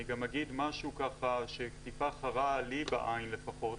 אני גם אגיד משהו שטיפה חרה לי, בעין לפחות.